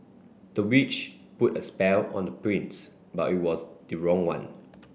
the witch put a spell on the prince but it was the wrong one